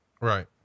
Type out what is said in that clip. Right